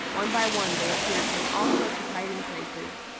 one by one they appeared from all sorts of hiding places,